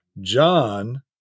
John